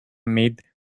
made